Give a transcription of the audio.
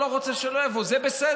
מי שלא רוצה, שלא יבוא, זה בסדר.